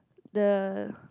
the